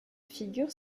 figure